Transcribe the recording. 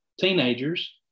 teenagers